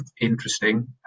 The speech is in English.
interesting